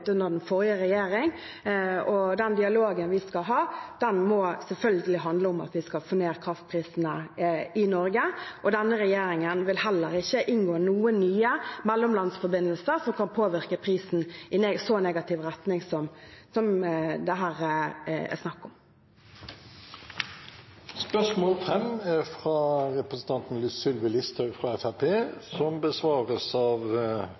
under den forrige regjering. Den dialogen vi skal ha, må selvfølgelig handle om at vi skal få ned kraftprisene i Norge. Denne regjeringen vil heller ikke inngå nye mellomlandsforbindelser som kan påvirke prisen i så negativ retning som det her er snakk om. Dette spørsmålet, fra representanten Sylvi Listhaug til finansministeren, vil bli besvart av